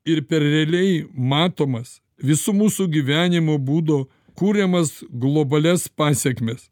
ir per realiai matomas visų mūsų gyvenimo būdo kuriamas globalias pasekmes